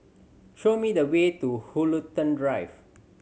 show me the way to Woollerton Drive